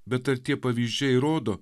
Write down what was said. bet ar tie pavyzdžiai rodo